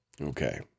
Okay